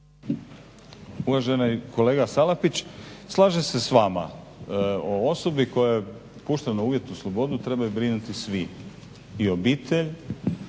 Uvaženi kolega Salapić, slažem se vama. O osobi koja je puštena na uvjetnu slobodu trebaju brinuti svi i obitelj